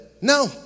no